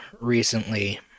recently